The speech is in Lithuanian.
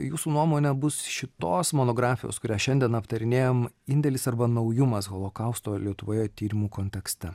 jūsų nuomone bus šitos monografijos kurią šiandien aptarinėjam indėlis arba naujumas holokausto lietuvoje tyrimų kontekste